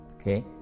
okay